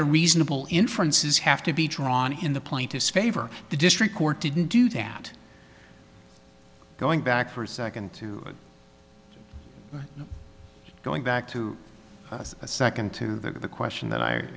the reasonable inferences have to be drawn in the plaintiff's favor the district court didn't do that going back for a second to going back to a second to that the question that i